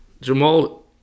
Jamal